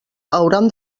hauran